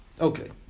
Okay